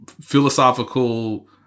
philosophical